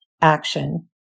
action